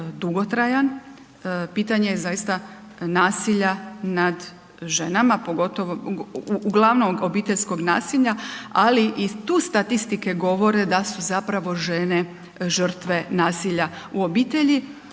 pitanje je zaista nasilja nad ženama, pogotovo, uglavnom obiteljskog nasilja, ali i tu statistike govore da su zapravo žene žrtve nasilja u obitelji